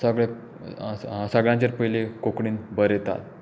सगळेंच सगळ्यांचें पयलीं कोंकणींत बरयतात